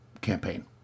campaign